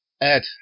Ed